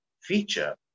feature